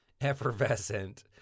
effervescent